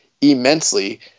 immensely